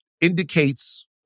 indicates